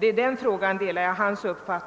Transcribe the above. jag delar hans uppfattning.